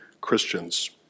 Christians